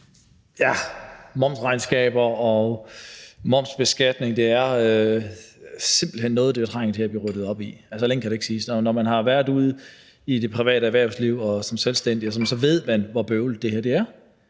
til momsregnskaber og momsbeskatning er der simpelt hen noget, der trænger til at blive ryddet op i; andet kan der ikke siges. Når man har været ude i det private erhvervsliv og som selvstændig, ved man, hvor bøvlet det her er,